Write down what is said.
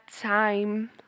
time